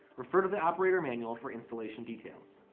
refer to the operator manual for installation details.